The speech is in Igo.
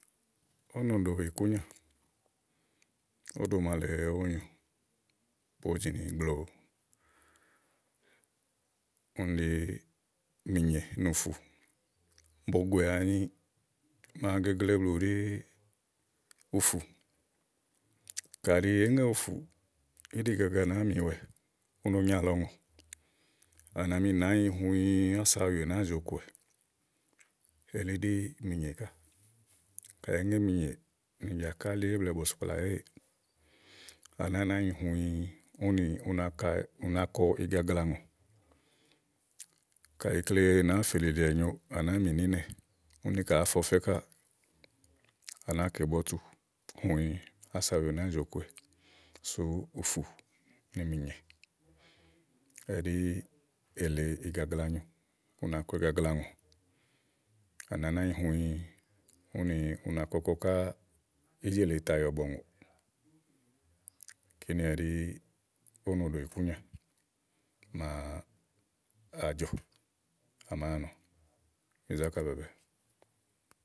ówò nóɖò ìkúnya óɖò màa lèe ówo nyo podìnì gblòò úni ɖi mìnyè nì ùfù bògòè áni, màa gegle blù ɖí ùfù káɖi èé ŋe ùfù íɖì gagla nàáa mìwɛ, u no nyaà lɔùŋò, à mì nɛ̀ ányi hũĩ ása ùyè nàáa zì okòwɛ̀ elí ɖí mì nyè ká. kaɖi èé ŋe mìnyè jàkálì èéè blɛ̀ɛ bɔ̀sìkplà èéè, à nàáa nɛ ányi hũĩ, úni u na kɛ, u na kɔ igagla ùŋò kayi ikle nàáa zi éɖeɖe wɛ̀ nyo à nàáa ŋè ínɛ̀ úni ka àá fe ɔfɛ káà à nàáa kè bɔ̀tù à nàáa kè bɔ̀tù hũĩ ása ùyè nàáa zì, okò wɛ̀ súùfù nì mìnyè ɛɖí èle igagla nyo u na kɔ igagla ùŋò, à nàá nɛ ányi hũĩ úni u na kɔkɔ ká íɖì èle tà yɔ̀bɔ̀ù ŋòò. kíni ɛɖí ówo nòɖò ìkúnyà máa a jɔ̀ à màáa nɔ bi zákà bɛ̀ɛɛ̀bɛ̀ɛ.